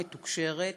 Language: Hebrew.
מתוקשרת,